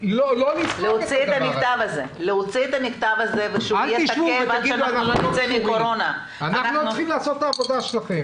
לבין מה המדינה עושה בתחום העבודה.